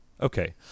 Okay